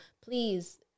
please